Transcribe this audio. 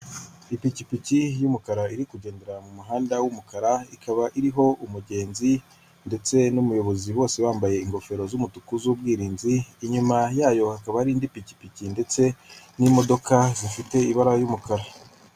Ipikipiki y'umukara iri kugendera mu muhanda w'umukara ikaba iriho umugenzi ndetse n'umuyobozi bose bambaye ingofero z'umutuku z'ubwirinzi inyuma yayo hakaba hari indi pikipiki ndetse n'imodoka zifite ibara ry'umukara.